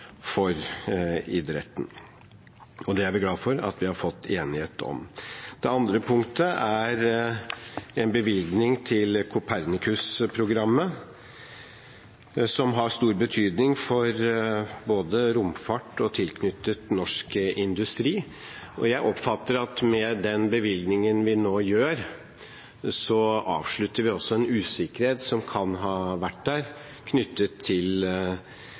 for idretten. Det er vi glad for at vi har fått enighet om. Det andre punktet gjelder en bevilgning til Copernicus-programmet, som har stor betydning for både romfart og tilknyttet norsk industri. Jeg oppfatter at med den bevilgningen vi nå gjør, avslutter vi også en usikkerhet som kan ha vært der knyttet til